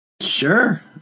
Sure